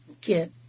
get